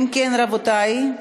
אם כן, רבותי,